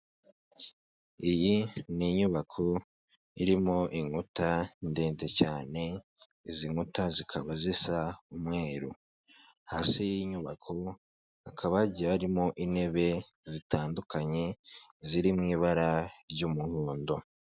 Iyi ni inyubako irimo inkuta ndende cyane, izi nkuta zikaba zisa umweru. Hasi y'iyi nyubako hakaba hagiye harimo intebe zitandukanye, ziri mu ibara ry'umuhondo.